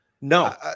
no